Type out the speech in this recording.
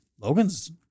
Logan's